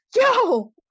yo